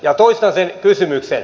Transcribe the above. toistan sen kysymyksen